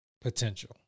potential